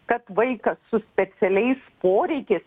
kad vaikas su specialiais poreikiais